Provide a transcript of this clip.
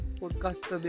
podcast